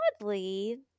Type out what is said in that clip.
oddly